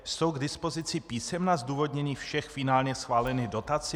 Jsou k dispozici písemná zdůvodnění všech finálně schválených dotací?